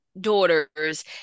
daughters